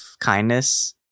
kindness